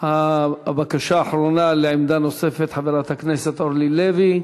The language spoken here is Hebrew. הבקשה האחרונה לעמדה נוספת, חברת הכנסת אורלי לוי.